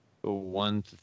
One